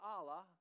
Allah